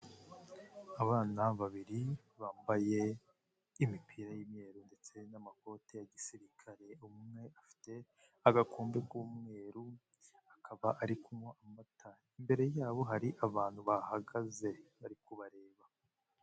Abana babiri bambaye imipira y'umweru ndetse n'amakoti ya gisirikare, umwe afite agakumbe k'umweru, bakaba bari kunywa amata, imbere yabo hari abantu bahagaze bari kubareba.